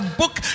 book